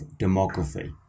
demography